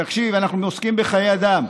תקשיב, אנחנו עוסקים בחיי אדם.